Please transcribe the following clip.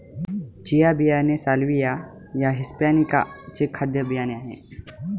chia बियाणे Salvia या hispanica चे खाद्य बियाणे आहे